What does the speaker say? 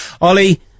Ollie